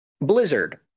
Blizzard